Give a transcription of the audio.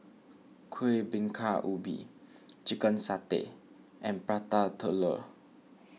Kuih Bingka Ubi Chicken Satay and Prata Telur